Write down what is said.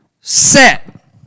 Set